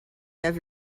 have